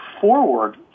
forward